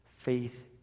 Faith